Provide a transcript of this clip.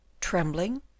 trembling